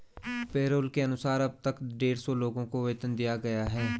payroll के अनुसार अब तक डेढ़ सौ लोगों को वेतन दिया गया है